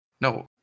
no